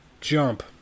jump